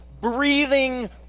breathing